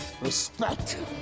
Respect